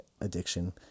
addiction